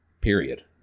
Period